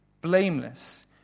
blameless